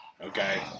okay